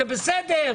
זה בסדר,